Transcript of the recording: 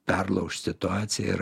perlaužt situaciją ir